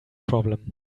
problem